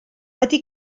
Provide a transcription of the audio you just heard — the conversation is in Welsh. wedi